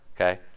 okay